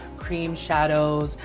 cream shadows.